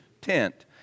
tent